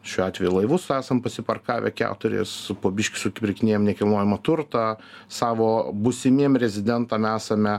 šiuo atveju laivus esam pasiparkavę keturis po biškį supirkinėjam nekilnojamą turtą savo būsimiem rezidentam esame